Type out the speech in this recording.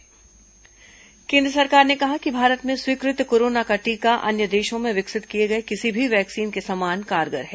corona टीका केन्द्र सरकार ने कहा है कि भारत में स्वीकृत कोरोना का टीका अन्य देशों में विकसित किये गए किसी भी वैक्सीन के समान कारगर है